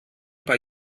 paar